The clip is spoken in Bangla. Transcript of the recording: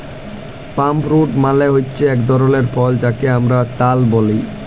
পাম ফ্রুইট মালে হচ্যে এক ধরলের ফল যাকে হামরা তাল ব্যলে